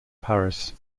paris